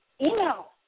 email